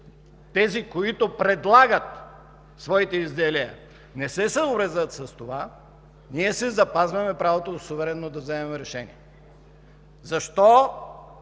тези, които предлагат своите изделия, не се съобразят с това, ние си запазваме правото суверенно да вземем решение. Защо